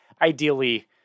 ideally